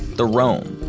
the rome.